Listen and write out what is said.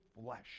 flesh